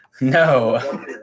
No